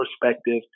perspective